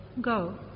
Go